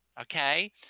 okay